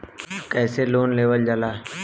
कैसे लोन लेवल जाला?